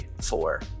four